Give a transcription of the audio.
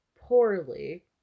poorly